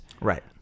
Right